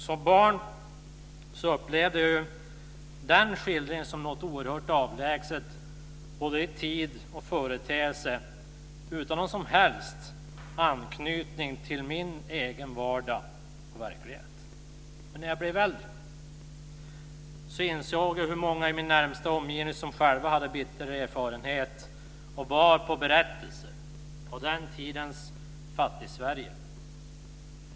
Som barn upplevde jag denna skildring som oerhört avlägsen både i tiden och vad gäller själva företeelsen. Det fanns ingen som helst anknytning till min egen vardag och verklighet. Men när jag blev äldre insåg jag hur många i min närmaste omgivning som själva hade bitter erfarenhet och som bar på berättelser från den tidens Fattigsverige.